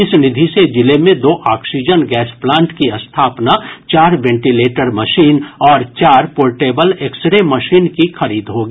इस निधि से जिले मे दो आक्सीजन गैस प्लांट की स्थापना चार वेन्टीलेटर मशीन और चार पोर्टेबल एक्सरे मशीन की खरीद होगी